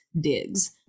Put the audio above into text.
digs